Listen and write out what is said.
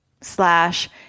slash